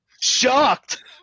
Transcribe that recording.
shocked